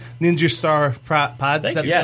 NINJASTARPOD